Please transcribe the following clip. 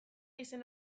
izen